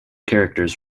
characters